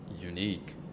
unique